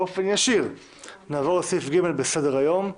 באופן ישיר נעבור לסעיף ג' בסדר היום.